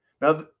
Now